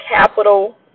capital